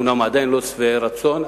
אנחנו אומנם עדיין לא שבעי רצון,